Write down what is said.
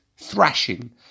Thrashing